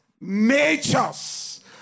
natures